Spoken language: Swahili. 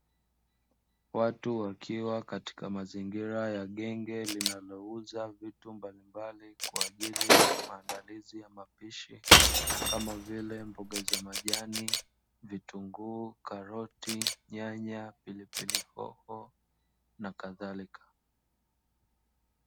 Watu wakiwa katika mazingira ya genge linalouza vitu mbalimbali, kwa ajili ya maandalizi ya mapishi, kama vile: mboga za Majani, vitunguu, karoti, nyanya, pilipili hoho na kadhalika.